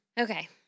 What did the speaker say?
Okay